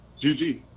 GG